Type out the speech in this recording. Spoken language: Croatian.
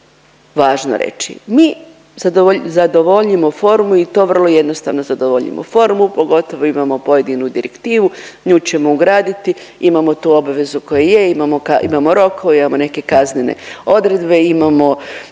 važno reći mi zadovoljimo formu i to vrlo jednostavno zadovoljimo formu, pogotovo imamo pojedinu direktivu. Nju ćemo ugraditi. Imamo tu obvezu koja je, imamo rokove, imamo neke kaznene odredbe, imamo